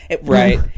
Right